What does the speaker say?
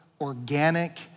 organic